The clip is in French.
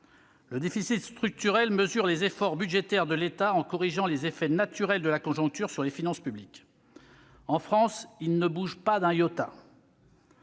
Le déficit structurel mesure les efforts budgétaires de l'État en corrigeant les effets « naturels » de la conjoncture sur les finances publiques. En France, il ne bouge pas d'un.